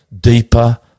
deeper